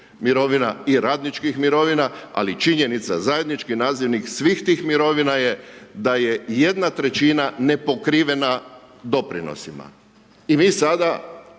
mirovina i radničkih mirovina, ali činjenica zajednički nazivnik svih tih mirovina je da je 1/3 nepokrivena doprinosima. I mi sada